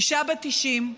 אישה בת 90,